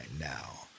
now